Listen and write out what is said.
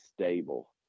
stable